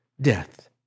death